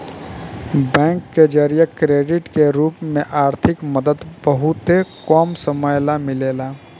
bank के जरिया credit के रूप में आर्थिक मदद बहुते कम समय ला मिलेला